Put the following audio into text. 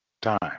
time